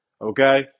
Okay